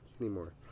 anymore